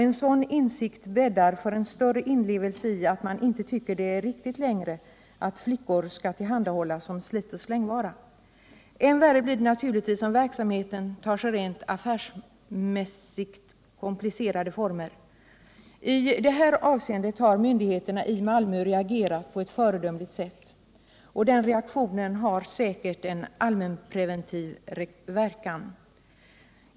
En sådan insikt bäddar för en större Torsdagen den inlevelse i att man inte längre tycker det är riktigt att flickor skall 20 april 1978 tillhandahållas som slit-och-släng-vara. Än värre blir det naturligtvis om verksamheten tar sig rent affärsmässigt komplicerade former. I det här avseendet har myndigheterna i Malmö reagerat på ett föredömligt sätt, och den reaktionen har säkert en allmän preventiv verkan.